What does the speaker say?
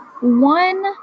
one